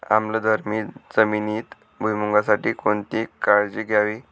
आम्लधर्मी जमिनीत भुईमूगासाठी कोणती काळजी घ्यावी?